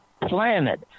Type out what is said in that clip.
planet